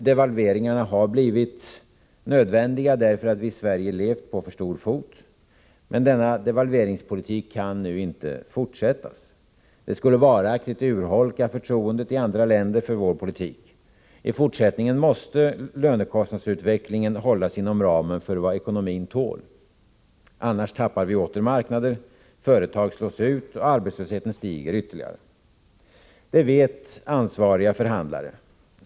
Devalveringarna har blivit nödvändiga därför att vi i Sverige har levt på för stor fot. Men denna devalveringspolitik kan nu inte fortsättas. Det skulle varaktigt urholka förtroendet i andra länder för vår politik. I fortsättningen måste lönekostnadsutvecklingen hållas inom ramen för vad ekonomin tål. Annars tappar vi åter marknader, företag slås ut, och arbetslösheten stiger ytterligare. Detta vet ansvariga förhandlare.